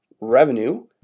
Revenue